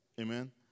Amen